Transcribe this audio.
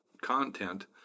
content